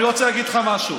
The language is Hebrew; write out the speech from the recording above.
אני רוצה לומר לך משהו.